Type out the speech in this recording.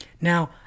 Now